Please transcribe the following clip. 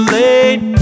late